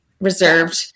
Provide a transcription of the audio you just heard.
reserved